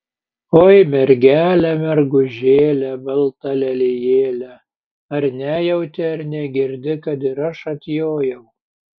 oi mergele mergužėle balta lelijėle ar nejauti ar negirdi kad ir aš atjojau